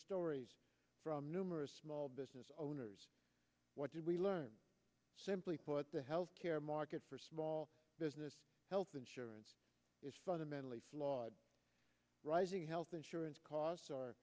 stories from numerous small business owners what did we learn simply put the health care market for small business health insurance is fundamentally flawed rising health insurance costs